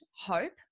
hope